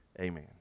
amen